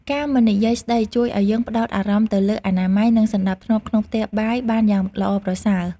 ការមិននិយាយស្តីជួយឱ្យយើងផ្ដោតអារម្មណ៍ទៅលើអនាម័យនិង សណ្ដាប់ធ្នាប់ក្នុងផ្ទះបាយបានយ៉ាងល្អប្រសើរ។